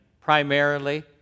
primarily